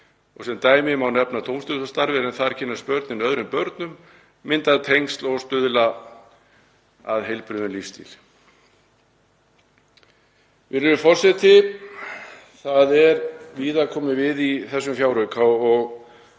og sem dæmi má nefna tómstundastarf en þar kynnast börnin öðrum börnum, mynda tengsl og stuðlað er að heilbrigðum lífsstíl. Virðulegur forseti. Það er víða komið við í þessum fjárauka og